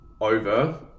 Over